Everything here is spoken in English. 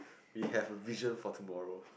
we have a vision for tomorrow